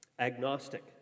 agnostic